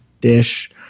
dish